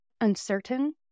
uncertain